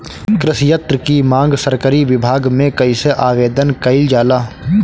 कृषि यत्र की मांग सरकरी विभाग में कइसे आवेदन कइल जाला?